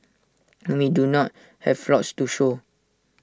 and we do not have lots to show